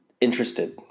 interested